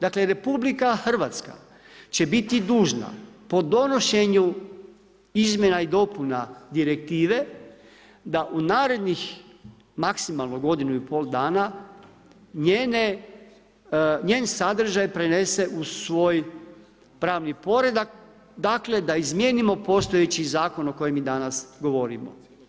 Dakle RH će biti dužna po donošenju izmjena i dopuna direktive da u narednih maksimalno godinu i pol dana njen sadržaj prenese u svoj pravni poredak, dakle da izmijenimo postojeći zakon o kojem mi danas govorimo.